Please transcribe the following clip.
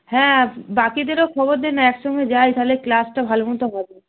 হ্যাঁ বাকিদেরও খবর দে না এক সঙ্গে যাই তাহলে ক্লাসটা ভালো মতো হবে